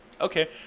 Okay